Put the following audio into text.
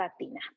latina